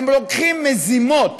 הם רוקחים מזימות,